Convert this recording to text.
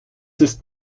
ist